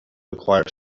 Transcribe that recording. acquire